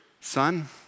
Son